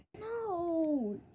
No